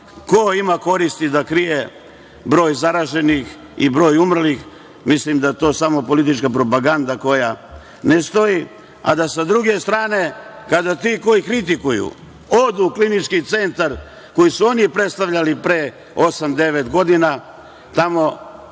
ima koristi da krije broj zaraženih i broj umrlih, mislim da je to samo politička propaganda koja ne stoji, a da sa druge strane, kada ti koji kritikuju, odu u klinički centar koji su oni predstavljali pre osam, devet godina, tamo